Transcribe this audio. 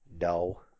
No